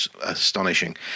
astonishing